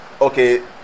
okay